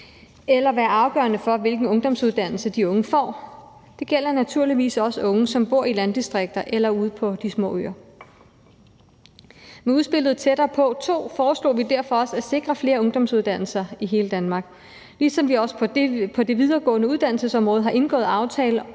eller være afgørende for, hvilken ungdomsuddannelse de unge får. Det gælder naturligvis også unge, som bor i landdistrikter eller ude på de små øer. Med udspillet »Tættere på II« foreslog vi derfor også at sikre flere ungdomsuddannelser i hele Danmark, ligesom vi også på det videregående uddannelsesområde har indgået aftale